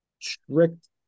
strict